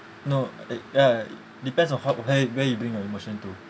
no it ya it depends on ho~ where where you bring your emotion to